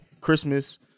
Christmas